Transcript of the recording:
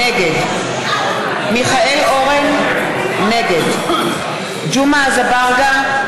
נגד מיכאל אורן, נגד ג'מעה אזברגה,